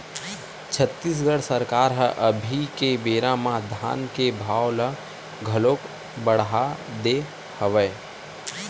छत्तीसगढ़ सरकार ह अभी के बेरा म धान के भाव ल घलोक बड़हा दे हवय